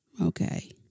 okay